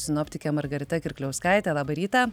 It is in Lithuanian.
sinoptikė margarita kirkliauskaitė labą rytą